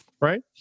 Right